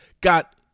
got